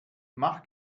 mach